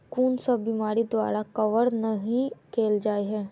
कुन सब बीमारि द्वारा कवर नहि केल जाय है?